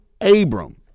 Abram